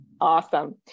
awesome